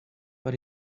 but